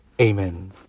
Amen